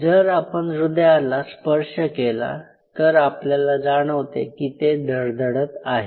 जर आपण हृदयाला स्पर्श केला तर आपल्याला जाणवते की ते धडधडत आहे